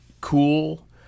Cool